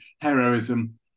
heroism